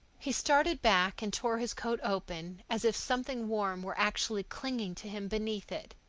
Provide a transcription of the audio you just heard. he started back and tore his coat open as if something warm were actually clinging to him beneath it.